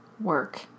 work